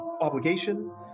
obligation